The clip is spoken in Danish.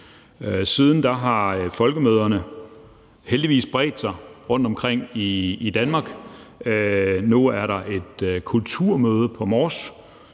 Siden har folkemøderne heldigvis bredt sig rundtomkring i Danmark. Nu er der Kulturmødet Mors,